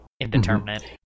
indeterminate